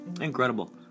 Incredible